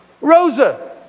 Rosa